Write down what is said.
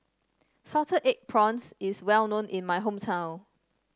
Salted Egg Prawns is well known in my hometown